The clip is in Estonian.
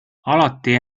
alati